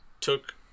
took